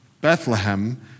Bethlehem